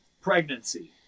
pregnancy